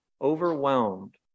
overwhelmed